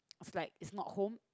is like it's not home